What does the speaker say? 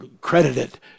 credited